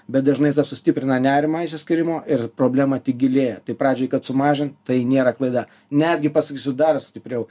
bet dažnai tas sustiprina nerimą išsiskyrimo ir problema tik gilėja tai pradžiai kad sumažint tai nėra klaida netgi pasakysiu dar stipriau